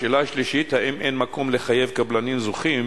השאלה השלישית, האם אין מקום לחייב קבלנים זוכים